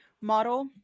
Model